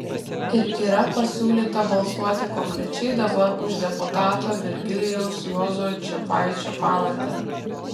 ir yra pasiūlyta balsuoti konkrečiai dabar už deputato virgilijaus juozo čepaičio pavardę